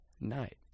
night